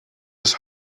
his